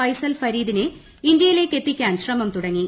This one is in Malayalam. ഫൈസൽ ഫരീദിനെ ഇന്ത്യയിലെത്തിക്കാൻ ശ്രമം തുടങ്ങി